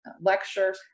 lecture